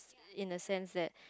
in a sense that